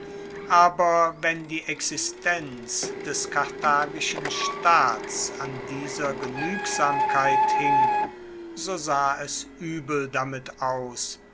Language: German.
aber wenn die existenz des karthagischen staats an dieser genuegsamkeit hing so sah es uebel damit aus